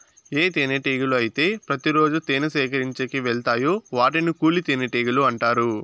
ఏ తేనెటీగలు అయితే ప్రతి రోజు తేనె సేకరించేకి వెలతాయో వాటిని కూలి తేనెటీగలు అంటారు